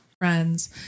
friends